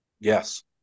Yes